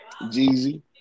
Jeezy